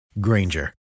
Granger